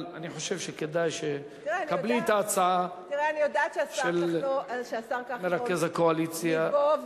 אבל אני חושב שכדאי שתקבלי את ההצעה של מרכז הקואליציה.